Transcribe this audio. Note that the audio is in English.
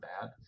bad